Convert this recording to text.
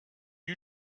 you